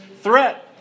threat